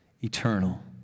eternal